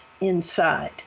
inside